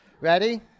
Ready